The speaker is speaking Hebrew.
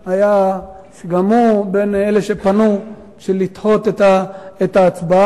שגם הוא בין אלה שפנו לדחות את ההצבעה,